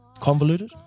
convoluted